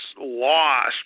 lost